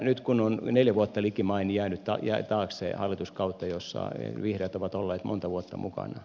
nyt on neljä vuotta likimain jäänyt taakse hallituskautta jossa vihreät ovat olleet monta vuotta mukana